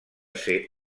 ser